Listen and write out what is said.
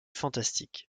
fantastique